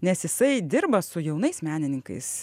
nes jisai dirba su jaunais menininkais